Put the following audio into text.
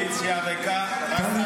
הקואליציה ריקה, רק את פה.